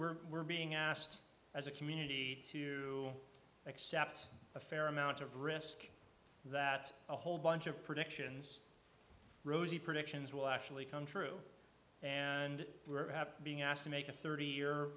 we're being asked as a community to accept a fair amount of risk that a whole bunch of predictions rosy predictions will actually come true and we're happy being asked to make a thirty year